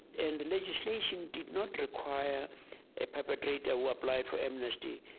and the legislation did not require a perpetrator who applied for amnesty